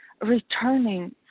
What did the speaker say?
returning